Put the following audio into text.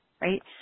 Right